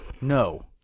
No